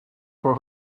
for